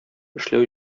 эшләү